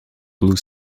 blue